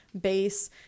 base